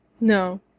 No